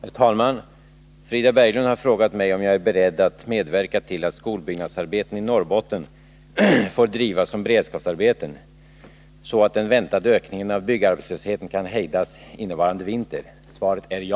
Herr talman! Frida Berglund har frågat mig om jag är beredd att medverka till att skolbyggnadsarbeten i Norrbotten får drivas som beredskapsarbeten, så att den väntade ökningen av byggarbetslösheten kan hejdas innevarande vinter. Svaret är ja.